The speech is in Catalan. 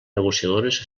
negociadores